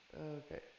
Okay